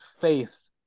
faith